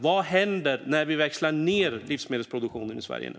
Vad händer när vi växlar ned livsmedelsproduktionen i Sverige nu?